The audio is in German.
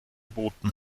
boten